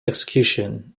execution